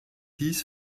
dies